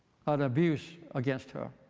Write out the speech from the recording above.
an abuse against her,